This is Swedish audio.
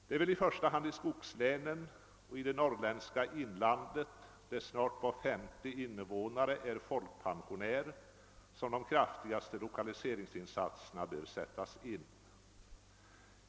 Det torde i första hand vara i skogslänen och i det norrländska inlandet, där snart var femte invånare är folkpensionär, som de kraftigaste lokaliseringsinsatserna behöver sättas in.